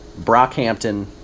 Brockhampton